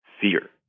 fear